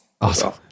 Awesome